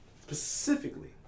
specifically